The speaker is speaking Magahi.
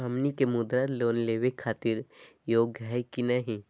हमनी के मुद्रा लोन लेवे खातीर योग्य हई की नही?